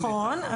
נכון,